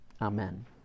Amen